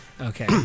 Okay